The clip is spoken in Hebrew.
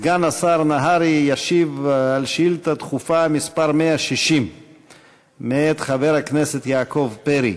סגן השר נהרי ישיב על שאילתה דחופה מס' 160 מאת חבר הכנסת יעקב פרי.